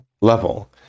level